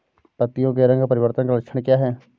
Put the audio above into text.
पत्तियों के रंग परिवर्तन का लक्षण क्या है?